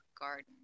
garden